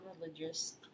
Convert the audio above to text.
religious